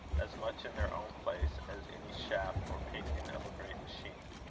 as much in their own place as any shaft or pinion of a great machine!